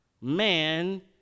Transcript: man